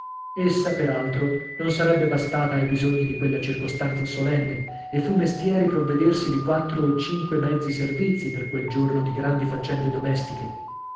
essa per altro non sarebbe bastata ai bisogni di quella circostanza solenne e fu mestieri provvedersi di quattro o cinque mezzi servizi per quel giorno di grandi faccende domestiche